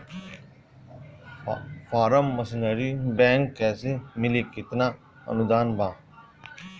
Form machinery bank कैसे मिली कितना अनुदान बा?